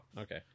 okay